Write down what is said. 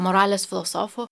moralės filosofų